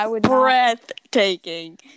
breathtaking